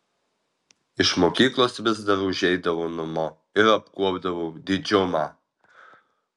iš mokyklos vis dar užeidavau namo ir apkuopdavau didžiumą